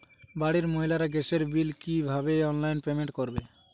বাড়ির মহিলারা গ্যাসের বিল কি ভাবে অনলাইন পেমেন্ট করবে?